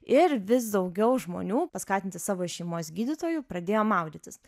ir vis daugiau žmonių paskatinti savo šeimos gydytojų pradėjo maudytis